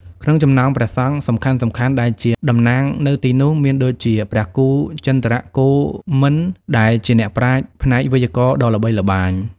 ក្នុងចំណោមព្រះសង្ឃសំខាន់ៗដែលជាតំណាងនៅទីនោះ មានដូចជា ព្រះគ្រូចន្ទ្រគោមិន ដែលជាអ្នកប្រាជ្ញផ្នែកវេយ្យាករណ៍ដ៏ល្បីល្បាញ។